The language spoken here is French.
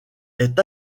est